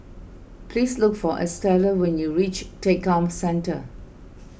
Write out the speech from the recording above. please look for Estella when you reach Tekka Centre